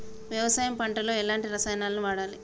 వ్యవసాయం పంట లో ఎలాంటి రసాయనాలను వాడాలి?